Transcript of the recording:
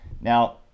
Now